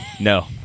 No